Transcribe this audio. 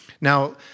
Now